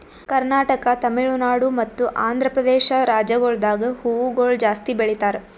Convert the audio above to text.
ಕರ್ನಾಟಕ, ತಮಿಳುನಾಡು ಮತ್ತ ಆಂಧ್ರಪ್ರದೇಶ ರಾಜ್ಯಗೊಳ್ದಾಗ್ ಹೂವುಗೊಳ್ ಜಾಸ್ತಿ ಬೆಳೀತಾರ್